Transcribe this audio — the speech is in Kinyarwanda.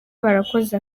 barakoze